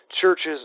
churches